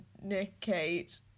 communicate